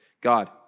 God